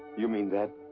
you mean that?